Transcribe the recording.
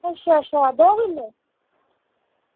अच्छा अच्छा दो किलो